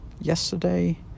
yesterday